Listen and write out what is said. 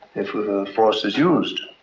if force is used.